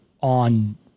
on